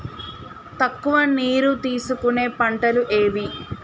తక్కువ నీరు తీసుకునే పంటలు ఏవి?